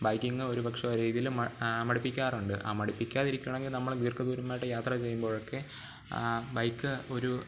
biking ഒരു പക്ഷെ ഒരു രീതിയിൽ മടുപ്പിക്കാറുണ്ട് ആ മടിപ്പിക്കാതിരിക്കണമെങ്കിൽ നമ്മൾ ദീർഘ ദൂരമായിട്ട് യാത്ര ചെയ്യുമ്പോഴൊക്കെ ബൈക്ക് ഒരു